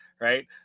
right